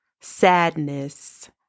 sadness